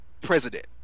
President